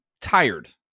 tired